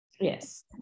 Yes